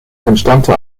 entstammte